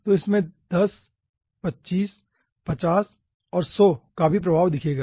तो इसमें 10 25 50 और 100 का भी प्रभाव दिखेगा